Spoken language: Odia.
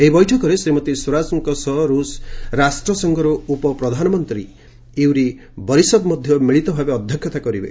ଏହି ବୈଠକରେ ଶ୍ରୀମତୀ ସ୍ୱରାଜଙ୍କ ସହ ରୁଷ ରାଷ୍ଟ୍ରସଂଘର ଉପପ୍ରଧାନମନ୍ତ୍ରୀ ୟୁରି ବରିସଭ୍ ମଧ୍ୟ ମିଳିତ ଭାବେ ଅଧ୍ୟକ୍ଷତା କରିବେ